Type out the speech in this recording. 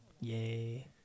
Yay